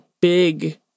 big